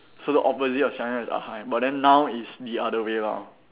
so the opposite of Seng Yang is Ah Hai but now is the other way round